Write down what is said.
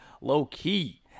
low-key